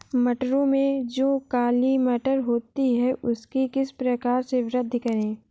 मटरों में जो काली मटर होती है उसकी किस प्रकार से वृद्धि करें?